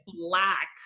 black